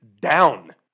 down